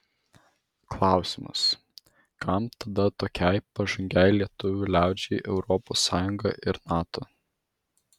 klausimas kam tada tokiai pažangiai lietuvių liaudžiai europos sąjunga ir nato